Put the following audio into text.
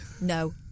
no